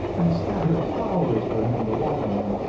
and scattered flowers for him to walk on,